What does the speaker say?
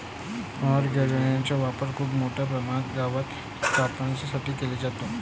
mower कंडिशनरचा वापर खूप मोठ्या प्रमाणात गवत कापण्यासाठी केला जातो